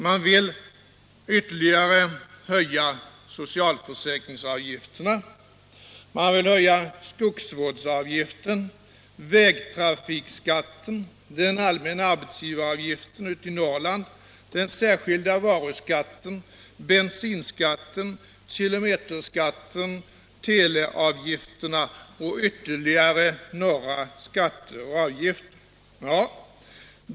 Man vill ytterligare höja socialförsäkringsavgiften, skogsvårdsavgiften, vägtrafikskatten, den allmänna arbetsgivaravgiften i Norrland, den särskilda varuskatten, bensinskatten, kilometerskatten, teleavgifterna och ännu några skatter och avgifter.